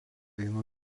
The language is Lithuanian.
eina